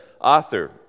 author